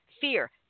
fear